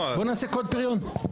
בוא נעשה קוד פריון.